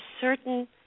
certain